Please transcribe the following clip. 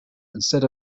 instead